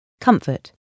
Comfort